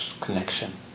connection